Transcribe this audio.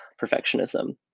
perfectionism